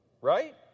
Right